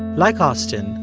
like austin,